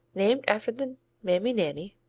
named after the mammy nanny,